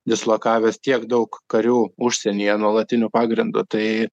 dislokavęs tiek daug karių užsienyje nuolatiniu pagrindu tai